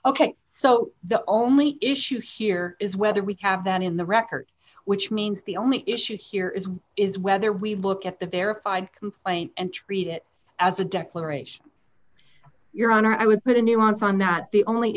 ok so the only issue here is whether we can have that in the record which means the only issue here is is whether we look at the verified complaint and treat it as a declaration your honor i would put a nuance on that the only